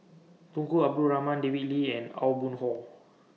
Tunku Abdul Rahman David Lee and Aw Boon Haw